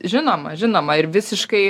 žinoma žinoma ir visiškai